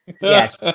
Yes